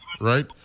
right